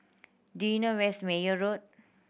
do you know where is Meyer Road